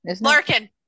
Larkin